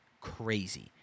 crazy